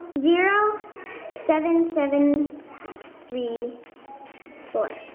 zero seven seven three four,